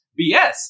BS